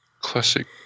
classic